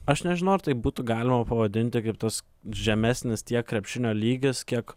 aš nežinau ar tai būtų galima pavadinti kaip tas žemesnis tiek krepšinio lygis kiek